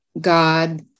God